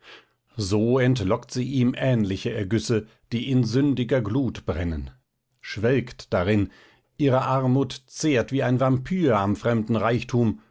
so entlockt sie ihm ähnliche ergüsse die in sündiger glut brennen schwelgt darin ihre armut zehrt wie ein vampir am fremden reichtum